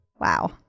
wow